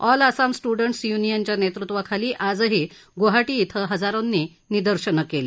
all Assam students युनियनच्या नेतृत्वाखाली आजही ग्वाहाटी इथं हजारोनी निदर्शनं केली